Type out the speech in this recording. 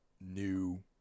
new